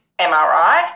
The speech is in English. MRI